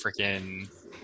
freaking